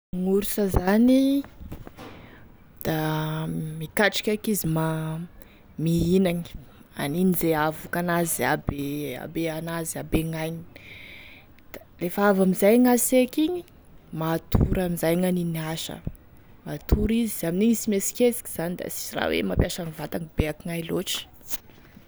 Gn'orsa zany da mikatroky eky izy ma mihinagny, aniny ze ahavoky an'azy abe habe anazy habe gn'ainy, da rehefa avy amizay gnaseky igny matory amizay gn'aniny asa matory izy amin'ingy izy sy miesikesiky zany da sisy raha hoe mampiasagny vatagny bé ankoignaia lotry.